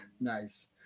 Nice